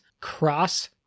cross